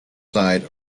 side